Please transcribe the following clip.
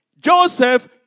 Joseph